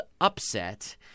upset